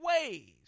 ways